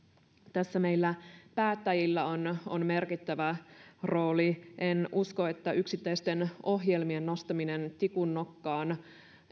tässä meillä päättäjillä on on merkittävä rooli en usko että yksittäisten ohjelmien nostaminen tikun nokkaan